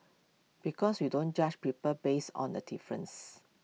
because we don't judge people based on A differences